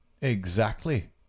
-"Exactly